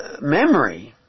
memory